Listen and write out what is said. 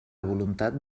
voluntat